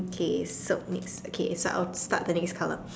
okay so next okay so I'll start the next color